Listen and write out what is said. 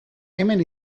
hemen